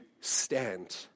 stand